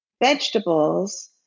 vegetables